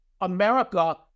America